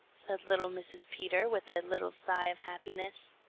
said little mrs. peter with a little sigh of happiness.